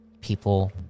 people